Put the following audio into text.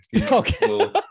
Okay